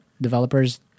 developers